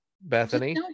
Bethany